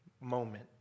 moment